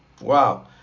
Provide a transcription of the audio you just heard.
Wow